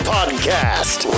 Podcast